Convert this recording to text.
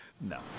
No